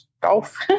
golf